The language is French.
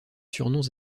surnoms